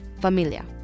familia